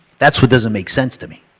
that's what doesn't make sense to me.